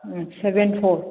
seven four